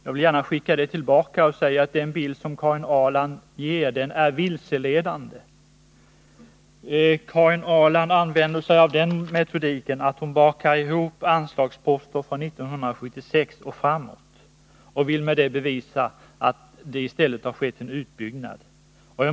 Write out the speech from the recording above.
Jag vill gärna returnera det: Den bild som Karin Ahrland ger är vilseledande. Karin Ahrland bakar ihop anslagsposter från 1976 och framåt och vill med det bevisa att det har skett en utbyggnad.